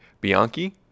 Bianchi